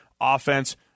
offense